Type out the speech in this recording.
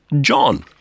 John